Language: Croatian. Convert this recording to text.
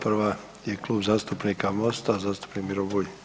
Prva je Klub zastupnika Mosta zastupnik Miro Bulj.